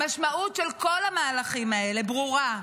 המשמעות של כל המהלכים האלה ברורה: